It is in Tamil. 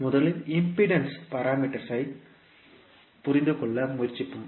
முதலில் இம்பிடேன்ஸ் பாராமீட்டர்்ஸ் ஐப் புரிந்துகொள்ள முயற்சிப்போம்